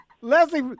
Leslie